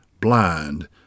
blind